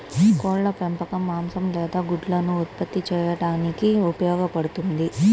కోళ్ల పెంపకం మాంసం లేదా గుడ్లను ఉత్పత్తి చేయడానికి ఉపయోగపడుతుంది